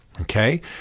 Okay